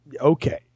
Okay